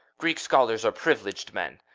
greek scholars are privileged men.